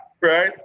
Right